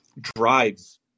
drives